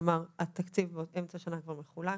כי התקציב כבר חולק.